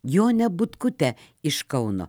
jonę butkutę iš kauno